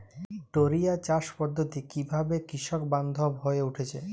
টোরিয়া চাষ পদ্ধতি কিভাবে কৃষকবান্ধব হয়ে উঠেছে?